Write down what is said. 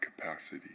capacity